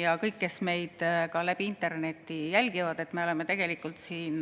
ja kõik, kes meid ka interneti kaudu jälgivad! Me oleme tegelikult siin